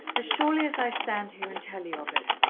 as surely as i stand here and tell you of it.